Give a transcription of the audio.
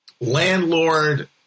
landlord